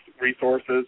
resources